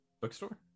Bookstore